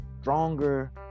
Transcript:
stronger